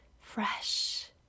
fresh